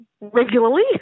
regularly